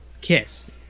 KISS